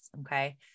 okay